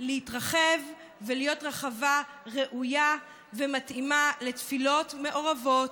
להתרחב ולהיות רחבה ראויה ומתאימה לתפילות מעורבות,